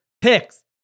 Picks